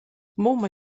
mumma